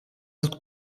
sul